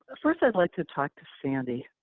first, i'd like to talk to sandy.